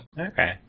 Okay